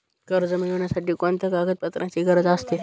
कर्ज मिळविण्यासाठी कोणत्या कागदपत्रांची गरज असते?